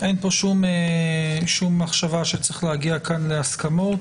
אין פה שום מחשבה שצריך להגיע כאן להסכמות,